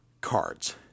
cards